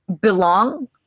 belong